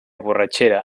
borratxera